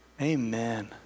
Amen